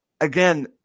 again